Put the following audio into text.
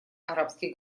арабских